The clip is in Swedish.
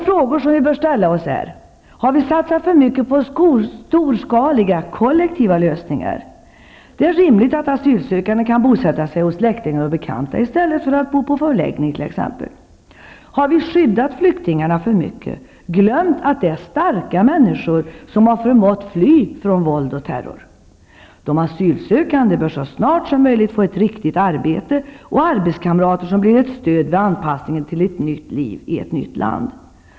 Frågor som vi bör ställa oss är: Har vi ''skyddat'' flyktingarna för mycket, glömt att de är starka människor som förmått fly från våld och terror? De asylsökande bör så snart som möjligt få ett riktigt arbete och arbetskamrater som blir ett stöd vid anpassningen till ett nytt liv i ett nytt land.